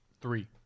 three